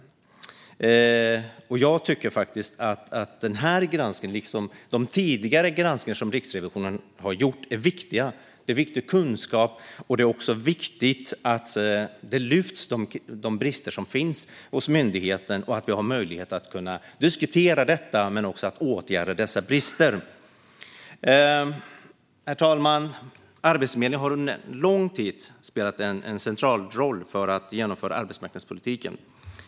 Jag tycker att denna granskning, liksom de tidigare granskningar som Riksrevisionen har gjort, är viktiga. Det är viktig kunskap, och det är viktigt att de brister som finns hos myndigheten lyfts och att vi har möjlighet att diskutera detta och att åtgärda dessa brister. Herr talman! Arbetsförmedlingen har under en lång tid spelat en central roll för att genomföra arbetsmarknadspolitiken.